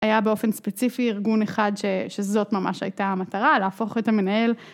היה באופן ספציפי ארגון אחד שזאת ממש הייתה המטרה, להפוך את המנהל.